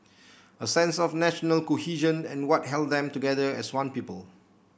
a sense of national cohesion and what held them together as one people